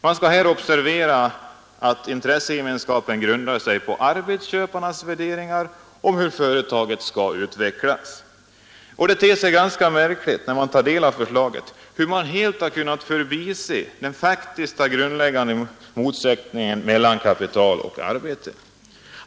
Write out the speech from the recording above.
Man skall här observera att intressegemenskapen grundar sig på arbetsköparnas värderingar om hur företaget skall utvecklas. Det ter sig ganska märkligt att man i förslaget helt har kunnat förbise den faktiska grundläggande motsättningen mellan kapital och arbete.